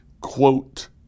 quote